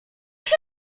się